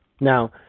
Now